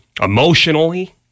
emotionally